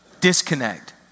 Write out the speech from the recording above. Disconnect